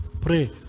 pray